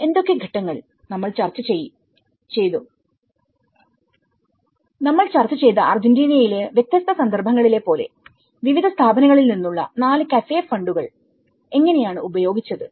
എന്തൊക്കെ ഘട്ടങ്ങൾ നമ്മൾ ചർച്ച ചെയ്ത അർജന്റീനയിലെ വ്യത്യസ്ത സന്ദർഭങ്ങളിലെ പോലെവിവിധ സ്ഥാപനങ്ങളിൽ നിന്നുള്ള നാല് കഫേ ഫണ്ടുകൾ എങ്ങനെയാണ് ഉപയോഗിച്ചത്